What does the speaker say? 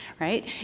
right